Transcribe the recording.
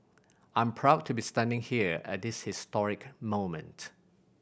I'm proud to be standing here at this historic moment